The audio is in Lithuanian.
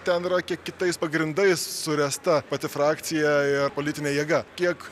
ten yra kiek kitais pagrindais suręsta pati frakcija ir politinė jėga kiek